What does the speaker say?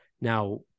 now